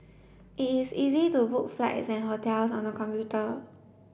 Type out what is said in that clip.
it is easy to book flights and hotels on the computer